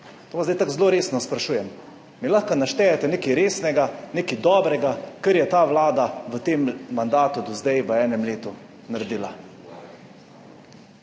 To vas zdaj tako zelo resno sprašujem. Mi lahko naštejete nekaj resnega, nekaj dobrega, kar je ta vlada v tem mandatu do zdaj v enem letu naredila?